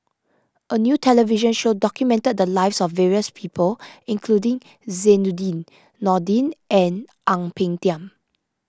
a new television show documented the lives of various people including Zainudin Nordin and Ang Peng Tiam